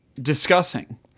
discussing